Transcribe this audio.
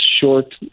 short